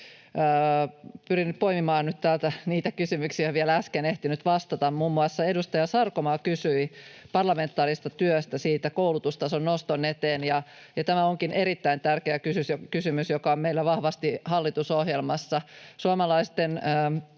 Pyrin poimimaan nyt täältä niitä kysymyksiä, joihin en vielä äsken ehtinyt vastata. Muun muassa edustaja Sarkomaa kysyi parlamentaarisesta työstä koulutustason noston eteen. Tämä onkin erittäin tärkeä kysymys, joka on meillä vahvasti hallitusohjelmassa.